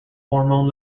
hormone